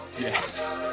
Yes